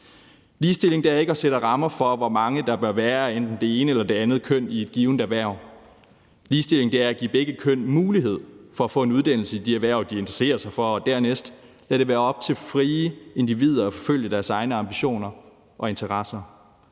Ligestilling er ikke at sætte rammer for, hvor mange der bør være af enten det ene eller det andet køn i et givent erhverv. Ligestilling er at give begge køn mulighed for at få en uddannelse i de erhverv, de interesserer sig for, og dernæst at lade det være op til frie individer at forfølge deres egne ambitioner og interesser.